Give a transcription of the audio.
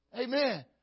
Amen